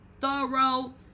thorough